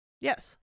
Yes